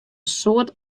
soad